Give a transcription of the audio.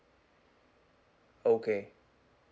okay